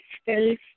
space